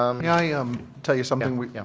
um may i um tell you something? yeah.